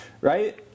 right